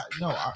no